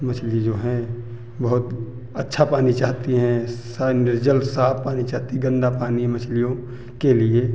मछली जो हैं बहुत अच्छा पानी चाहती हैं सा निर्जल साफ पानी चाहती हैं गंदा पानी मछलियों के लिए